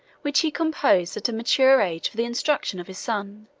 which he composed at a mature age for the instruction of his son,